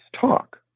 talk